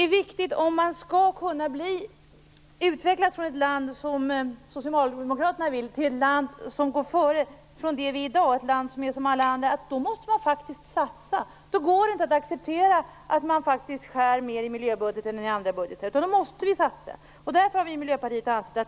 Om man, som socialdemokraterna vill, att vi skall kunna utvecklas till ett land som går före då måste man faktiskt satsa. Då går det inte att acceptera nedskärningar i miljöbudgeten eller i andra budgetar.